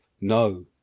No